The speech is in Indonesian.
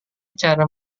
cara